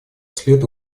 вслед